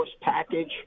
package